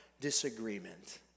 disagreement